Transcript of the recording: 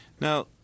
Now